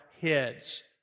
heads